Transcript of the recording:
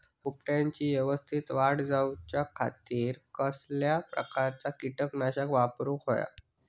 रोपट्याची यवस्तित वाढ जाऊच्या खातीर कसल्या प्रकारचा किटकनाशक वापराक होया?